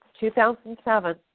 2007